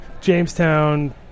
Jamestown